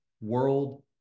world